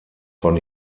von